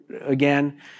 again